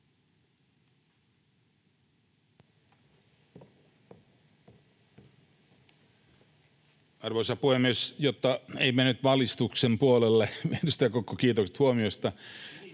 Arvoisa puhemies! Jotta ei mene nyt valistuksen puolelle — edustaja Kokko, kiitokset huomiosta